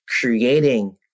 creating